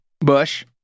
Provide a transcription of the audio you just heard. Bush